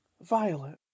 Violet